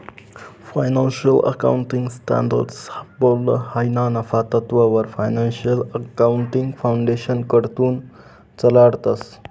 financial accounting standards board हायी ना नफा तत्ववर फायनान्शियल अकाउंटिंग फाउंडेशनकडथून चालाडतंस